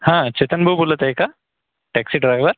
हा चेतन भाऊ बोलत आहे का टॅक्सी ड्रायवर